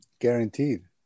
guaranteed